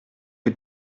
que